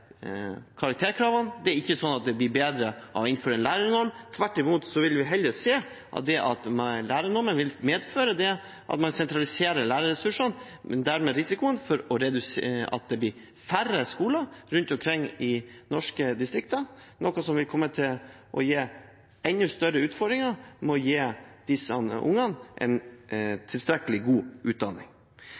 karakterkravene. Det er ikke sånn at den blir bedre av å innføre en lærernorm. Tvert imot vil vi se at lærernormen medfører at man sentraliserer lærerressursene og dermed øker risikoen for at det blir færre skoler rundt omkring i norske distrikter, noe som vil komme til å gi enda større utfordringer med å gi disse ungene en tilstrekkelig god utdanning.